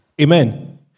Amen